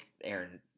Aaron